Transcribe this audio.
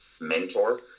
mentor